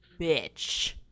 bitch